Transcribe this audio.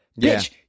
Bitch